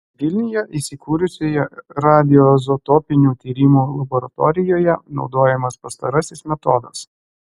vilniuje įsikūrusioje radioizotopinių tyrimų laboratorijoje naudojamas pastarasis metodas